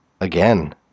Again